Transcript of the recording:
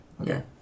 Okay